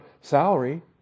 salary